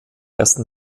ersten